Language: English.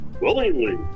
willingly